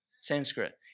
Sanskrit